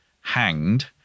hanged